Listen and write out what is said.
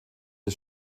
des